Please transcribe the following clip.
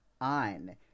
on